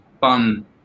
fun